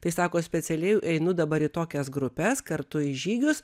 tai sako specialiai einu dabar į tokias grupes kartu į žygius